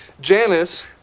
Janice